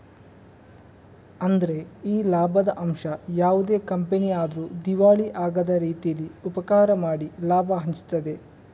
ಅಂದ್ರೆ ಈ ಲಾಭದ ಅಂಶ ಯಾವುದೇ ಕಂಪನಿ ಆದ್ರೂ ದಿವಾಳಿ ಆಗದ ರೀತೀಲಿ ಉಪಕಾರ ಮಾಡಿ ಲಾಭ ಹಂಚ್ತದೆ